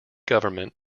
government